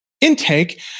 intake